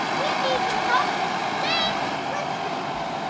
we need your help to save christmas.